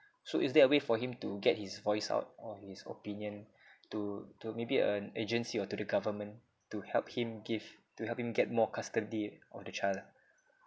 so is there a way for him to get his voice out or his opinion to to maybe an agency or to the government to help him give to help him get more custody of the child